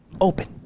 open